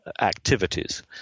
activities